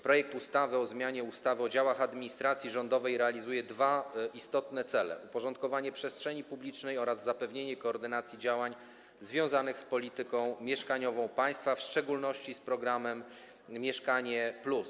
Projekt ustawy o zmianie ustawy o działach administracji rządowej realizuje dwa istotne cele: uporządkowanie przestrzeni publicznej oraz zapewnienie koordynacji działań związanych z polityką mieszkaniową państwa, w szczególności z programem „Mieszkanie+”